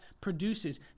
produces